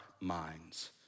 minds